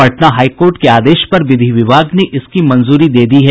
Patna high court के आदेश पर विधि विभाग ने इसकी मंजूरी दे दी है